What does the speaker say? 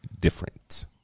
different